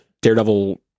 Daredevil